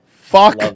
Fuck